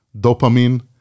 dopamine